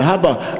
להבא,